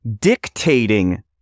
dictating